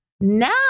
Now